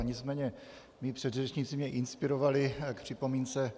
Nicméně mí předřečníci mě inspirovali k připomínce.